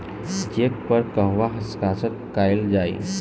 Check पर कहवा हस्ताक्षर कैल जाइ?